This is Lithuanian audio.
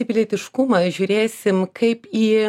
į pilietiškumą žiūrėsim kaip į